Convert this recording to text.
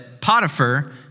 Potiphar